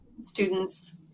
students